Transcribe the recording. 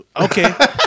Okay